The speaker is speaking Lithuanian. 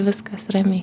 viskas ramiai